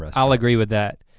ah i'll agree with that.